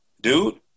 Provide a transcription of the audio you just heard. dude